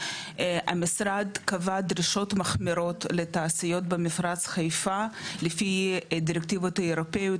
המשרד קבע דרישות מחמירות לתעשיות במפרץ חיפה לפי דירקטיבות אירופאיות